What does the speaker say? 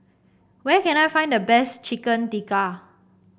where can I find the best Chicken Tikka